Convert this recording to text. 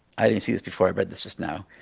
i didn't see this before, i read this is now.